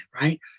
right